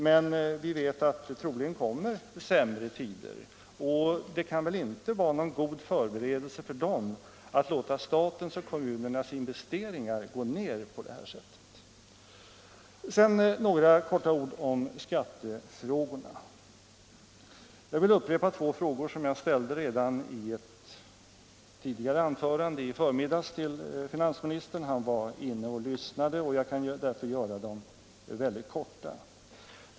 Men vi vet att troligen kommer sämre tider, och det kan väl inte vara någon god förberedelse för dem att låta statens och kommunernas investeringar gå ned på det här sättet. Sedan några få ord om skatterna. Jag vill upprepa två frågor som jag ställde till finansministern redan i förmiddags. Han var inne och lyssnade, och jag kan därför uttrycka mig mycket kortfattat.